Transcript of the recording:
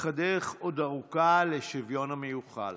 אך הדרך עוד ארוכה לשוויון המיוחל.